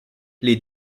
les